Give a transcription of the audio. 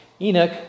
Enoch